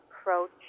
approach